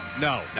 No